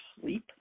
sleep